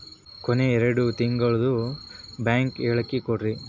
ಕೊನೆ ಎರಡು ತಿಂಗಳದು ಬ್ಯಾಂಕ್ ಹೇಳಕಿ ಕೊಡ್ರಿ